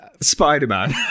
spider-man